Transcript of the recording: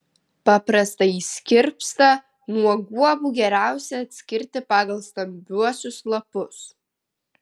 paprastąjį skirpstą nuo guobų geriausia atskirti pagal stambiuosius lapus